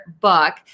book